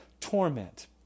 torment